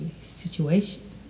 situation